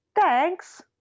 Thanks